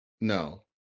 no